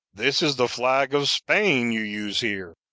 this is the flag of spain you use here.